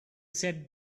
said